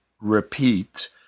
Repeat